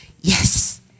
yes